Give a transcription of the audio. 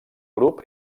grup